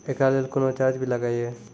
एकरा लेल कुनो चार्ज भी लागैये?